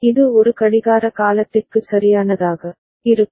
இது ஒரு கடிகார காலத்திற்கு சரியானதாக இருக்கும்